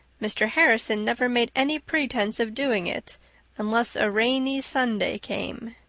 mr. harrison never made any pretence of doing it unless a rainy sunday came.